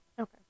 Okay